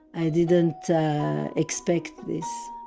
i didn't expect this.